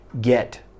get